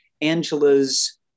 Angela's